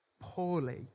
poorly